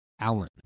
Allen